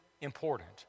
important